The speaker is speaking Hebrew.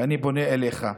ואני פונה אליך.